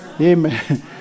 Amen